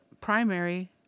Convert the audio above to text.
primary